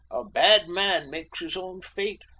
a bad man makes his own fate?